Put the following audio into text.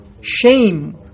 shame